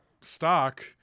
stock